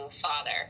father